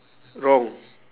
wrong